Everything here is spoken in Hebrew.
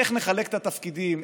איך נחלק את התפקידים,